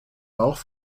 bauch